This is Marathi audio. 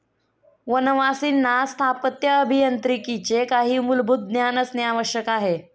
वनवासींना स्थापत्य अभियांत्रिकीचे काही मूलभूत ज्ञान असणे आवश्यक आहे